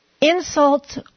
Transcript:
insult